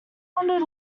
wondered